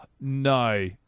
no